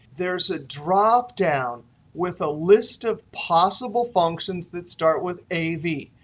there's a drop down with a list of possible functions that start with a v.